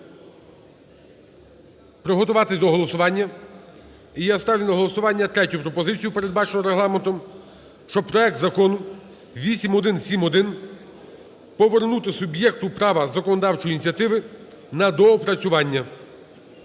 приготуватись до голосування. І я ставлю на голосування третю пропозицію, передбачену Регламентом, щоб проект Закону 8171 повернути суб'єкту права законодавчої ініціативи на доопрацювання.